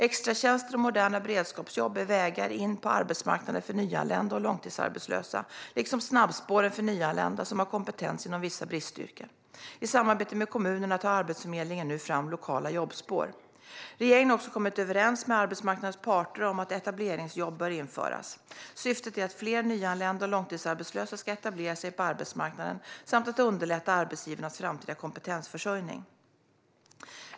Extratjänster och moderna beredskapsjobb är vägar in på arbetsmarknaden för nyanlända och långtidsarbetslösa, liksom snabbspåren för nyanlända som har kompetens inom vissa bristyrken. I samarbete med kommunerna tar Arbetsförmedlingen nu fram lokala jobbspår. Regeringen har också kommit överens med arbetsmarknadens parter om att etableringsjobb bör införas. Syftet är att fler nyanlända och långtidsarbetslösa ska etablera sig på arbetsmarknaden samt att underlätta arbetsgivarnas framtida kompetensförsörjning.